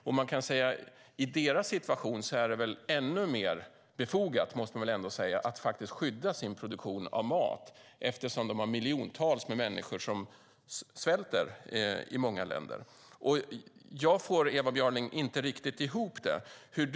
Man måste väl ändå säga att det i deras situation är ännu mer befogat att skydda sin produktion av mat eftersom det finns miljontals med människor som svälter i många länder. Jag får inte riktigt ihop det här, Ewa Björling.